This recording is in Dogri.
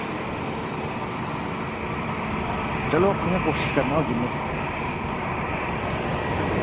चलो अपने हा कोशिश करना जिन्ना